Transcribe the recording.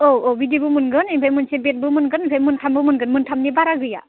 औ औ बिदिबो मोनगोन बेनिफ्राय मोनसे बेडबो मोनगोन बेड मोनथामबो मोनगोन मोनथामनि बारा गैया